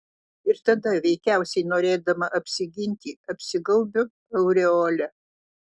ir tada veikiausiai norėdama apsiginti apsigaubiu aureole